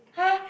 !huh!